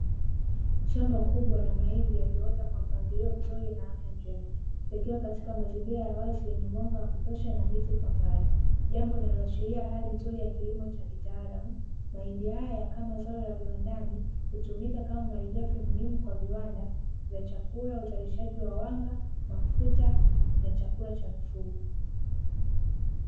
Shamba kubwa la mahindi yaliyoota kwa mpangilio mzuri na afya njema, likiwa katika mazingira ya wazi yenye mwanga wa kutosha na miti kwa mbali, jambo linaloashiria hali nzuri ya kilimo cha kitaalamu. Mahindi haya kama zao la viwandani, hutumika kama malighafi muhimu kwa viwanda vya chakula, uzalishaji wa wanga, mafuta, na chakula cha mifugo.